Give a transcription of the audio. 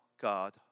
God